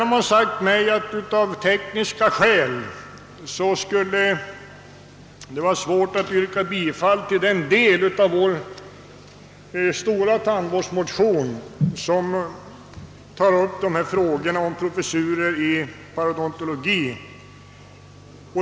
Man har sagt mig att det av tekniska skäl skulle vara svårt att yrka bifall till den del av vår tandvårdsmotion som tar upp frågan om professurer i parodontologi.